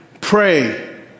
pray